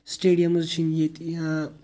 stadiums چھِنہٕ ییٚتہِ یا